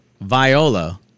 viola